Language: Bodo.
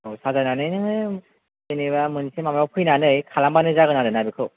अ साजायनानै नो जेनोबा मोनसे माबायाव फैनानै खालामबानो जागोन आरो ना बेखौ